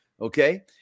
okay